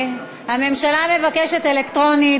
הממשלה מבקשת אלקטרונית.